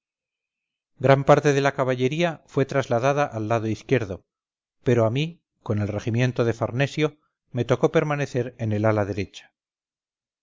gran parte de la caballería fue trasladada al lado izquierdo pero a mí con el regimiento de farnesio me tocó permanecer en el ala derecha